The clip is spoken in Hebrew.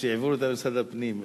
כשהעבירו אותה למשרד הפנים,